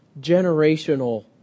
generational